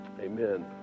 amen